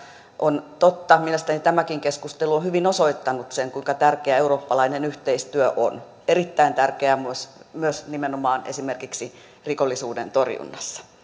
on totta mielestäni tämäkin on hyvin osoittanut sen kuinka tärkeää eurooppalainen yhteistyö on erittäin tärkeää myös nimenomaan esimerkiksi rikollisuuden torjunnassa